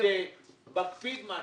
אני